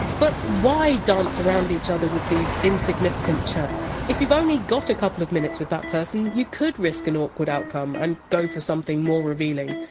but why dance around each other with these insignificant chats? if you! ve only got a couple of minutes with that person you could risk an awkward outcome and go for something more revealing!